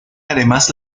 además